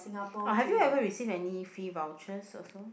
have you ever received any free vouchers also